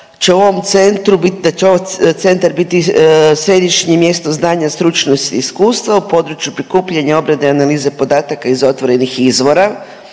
u ovom centru bit, da će ovaj centar biti središnje mjesto znanja, stručnosti, iskustva u području prikupljanja obrada analize podataka iz otvorenih izvora